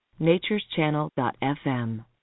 Nature'sChannel.fm